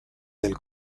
del